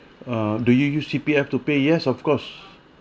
uh do you use C_P_F to pay yes of course